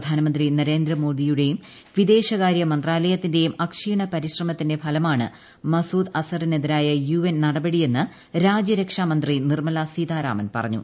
പ്രധാനമന്ത്രി നരേന്ദ്രമോദിയുടെയും വിദേശകാര്യമന്ത്രാലയത്തിന്റെയും അക്ഷീണ പരിശ്രമത്തിന്റെ ഫലമാണ് മസൂദ് അസറിനെതിരായ യു എൻ നടപടിയെന്ന് രാജ്യരക്ഷാമന്ത്രി നിർമ്മല സീതാരാമൻ പറഞ്ഞു